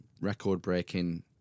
record-breaking